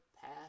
path